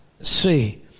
see